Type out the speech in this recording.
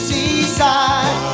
Seaside